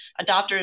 adopters